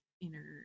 inner